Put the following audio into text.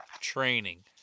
training